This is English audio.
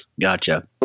Gotcha